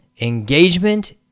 Engagement